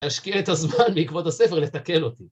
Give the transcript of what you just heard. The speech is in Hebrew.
להשקיע את הזמן בעקבות הספר לתקן אותי